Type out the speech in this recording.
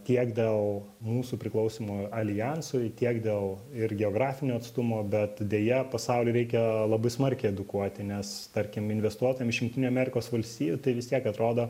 tiek dėl mūsų priklausymo aljansui tiek dėl ir geografinio atstumo bet deja pasaulį reikia labai smarkiai edukuoti nes tarkim investuotojam iš jungtinių amerikos valstijų tai vis tiek atrodo